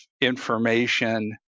information